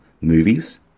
movies